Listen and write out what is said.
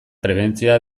prebentzioa